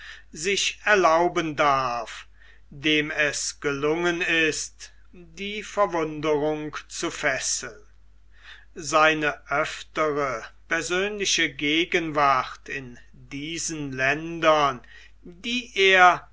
sich erlauben darf dem es gelungen ist die bewunderung zu fesseln seine öftere persönliche gegenwart in diesen ländern die er